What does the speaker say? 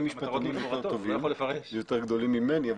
אתם משפטנים נורא טובים ויותר גדולים ממני,